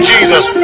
Jesus